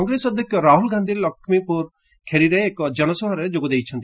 କଂଗ୍ରେସ୍ ଅଧ୍ୟକ୍ଷ ରାହୁଲ୍ ଗାନ୍ଧି ଲକ୍ଷ୍କୀପୁର ଖେରିରେ ଏକ ଜନସଭାରେ ଯୋଗଦେଇଛନ୍ତି